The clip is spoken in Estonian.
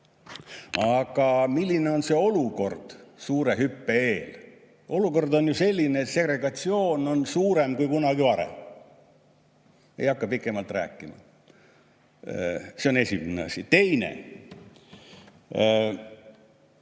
milline on see olukord suure hüppe eel? Olukord on ju selline, et segregatsioon on suurem kui kunagi varem. Ei hakka pikemalt rääkima. See on esimene asi. Teine.